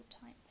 times